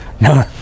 No